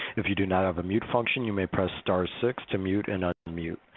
if you do not have a mute function, you may press star six two mute and unmute.